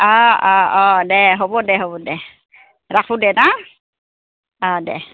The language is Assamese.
অঁ অঁ অঁ দে হ'ব দে হ'ব দে ৰাখোঁ দে ত অঁ দে